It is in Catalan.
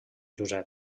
josep